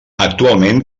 actualment